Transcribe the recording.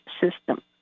system